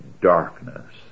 darkness